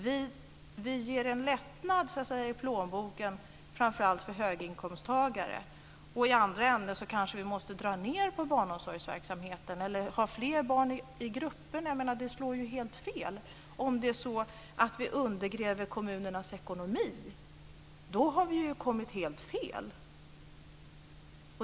Vi ger en lättnad i plånboken framför allt för höginkomsttagare och i andra ändan kanske vi måste dra ned på barnomsorgsverksamheten eller ha fler barn i grupperna. Jag menar att det slår helt fel om vi undergräver kommunernas ekonomi. Då har vi ju kommit helt fel.